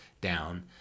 down